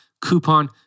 coupon